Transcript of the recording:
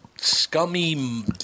scummy